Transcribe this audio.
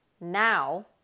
Now